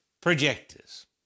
projectors